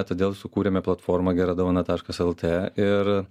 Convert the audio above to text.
todėl sukūrėme platformą gera dovana taškas lt ir